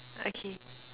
okay